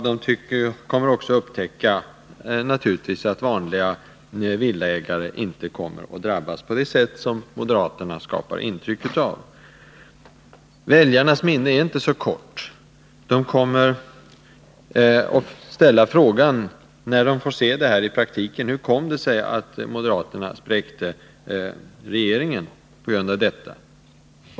De kommer naturligtvis också att upptäcka att vanliga villaägare inte kommer att drabbas på det sätt som moderaterna skapar intryck av. Väljarnas minne är inte så kort. När de får se hur den här reformen fungerar i praktiken, kommer de att ställa frågan: Hur kom det sig att moderaterna spräckte regeringen på grund av detta?